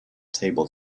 table